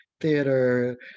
Theater